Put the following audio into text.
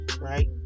right